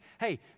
Hey